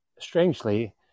strangely